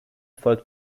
folgt